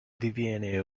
diviene